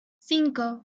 cinco